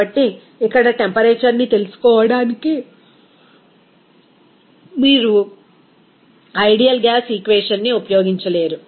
కాబట్టి ఇక్కడ టెంపరేచర్ ని తెలుసుకోవడానికి మీరు ఆ ఐడియల్ గ్యాస్ ఈక్వేషన్ ని ఉపయోగించలేరు